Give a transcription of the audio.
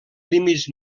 límits